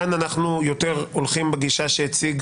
כאן אנחנו יותר הולכים בגישה שהציג